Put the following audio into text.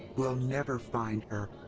we'll never find her.